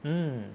mm